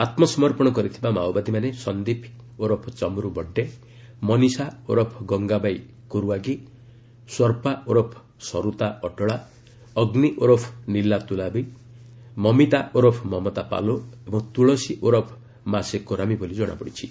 ଆତ୍ମ ସମର୍ପଶ କରିଥିବା ମାଓବାଦୀମାନେ ସନ୍ଦୀପ ଓରଫ ଚମରୁ ବଡ୍ଛେ ମନୀଶା ଓରଫ ଗଙ୍ଗାବାଇ କୁର୍ୱାଗୀ ସ୍ୱର୍ପା ଓରଫ ସରୁତା ଅଟଳା ଅଗ୍ନୀ ଓରଫ ନିଲା ତୁଲାବି ମମିତା ଓରଫ ମମତା ପାଲୋ ଏବଂ ତୁଳସୀ ଓରଫ ମାସେ କୋରାମି ବୋଲି ଜଣାପଡ଼ିଛି